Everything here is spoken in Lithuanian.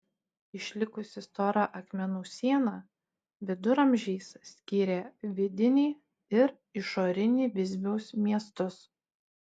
išlikusi stora akmenų siena viduramžiais skyrė vidinį ir išorinį visbiaus miestus